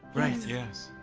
right. yes.